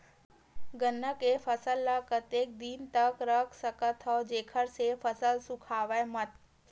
गन्ना के फसल ल कतेक दिन तक रख सकथव जेखर से फसल सूखाय मत?